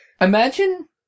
imagine